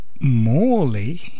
Morley